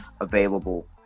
available